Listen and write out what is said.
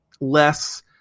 less